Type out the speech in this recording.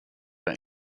are